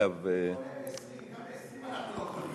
גם ב-20 אנחנו לא קונים.